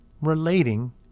relating